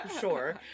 sure